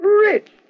Rich